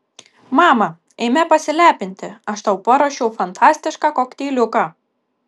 mama eime pasilepinti aš tau paruošiau fantastišką kokteiliuką